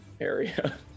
area